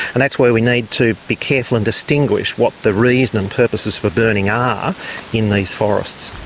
and that's where we need to be careful and distinguish what the reason and purposes for burning are in these forests.